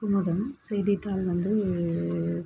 குமுதம் செய்தித்தாள் வந்து